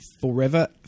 forever